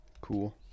Cool